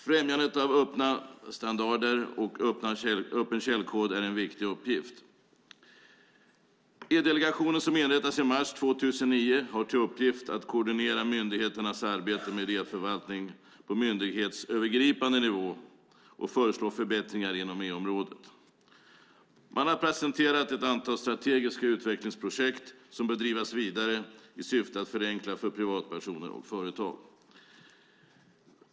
Främjandet av öppna standarder och öppen källkod är en viktig uppgift. E-delegationen, som inrättades i mars 2009, har till uppgift att koordinera myndigheternas arbete med e-förvaltning på myndighetsövergripande nivå och föreslå förbättringar inom e-området. Man har presenterat ett antal strategiska utvecklingsprojekt som bör drivas vidare i syfte att förenkla för privatpersoner och företag.